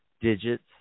digits